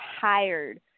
tired